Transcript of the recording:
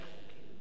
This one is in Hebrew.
יודגש כי